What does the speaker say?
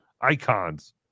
icons